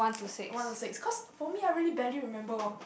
one or six cause for me I really barely remember